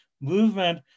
movement